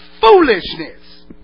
foolishness